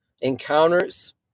encounters